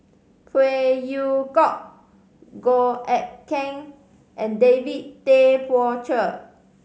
Phey Yew Kok Goh Eck Kheng and David Tay Poey Cher